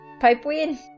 Pipeweed